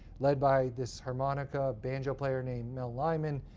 led by this harmonica banjo player named mel lyman,